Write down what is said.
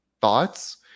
thoughts